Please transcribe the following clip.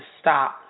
stop